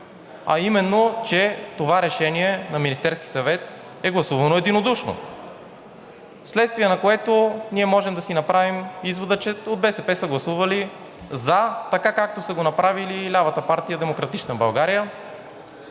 а именно, че това решение на Министерския съвет е гласувано единодушно, вследствие на което ние можем да си направим извода, че от БСП са гласували за, както са го направили и лявата партия „Демократична България“,